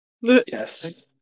Yes